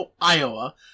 Iowa